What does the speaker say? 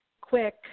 quick